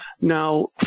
Now